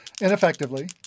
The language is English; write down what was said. ineffectively